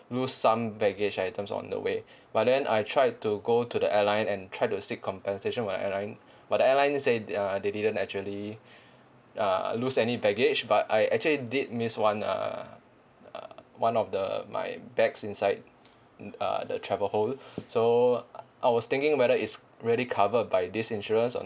lose some baggage items on the way but then I try to go to the airline and try to seek compensation with the airline but the airline say uh they didn't actually uh lose any baggage but I actually did miss one uh uh one of the my bags inside uh the travel hole so uh I was thinking whether it's really covered by this insurance or